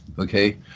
Okay